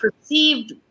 perceived